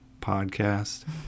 podcast